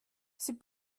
c’est